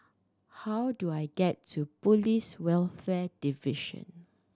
how do I get to Police Welfare Division